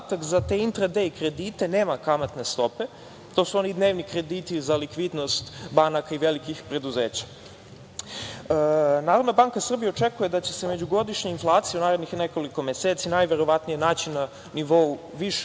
intrade kredite nema kamatne stope. To su oni dnevni krediti za likvidnost banaka i velikih preduzeća. Narodna banka Srbije očekuje da će se međugodišnja inflacija u narednih nekoliko meseci najverovatnije naći na nivou višem